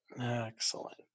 Excellent